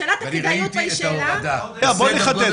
שאלת הכדאיות פה היא שאלה --- בסדר גודל